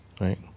right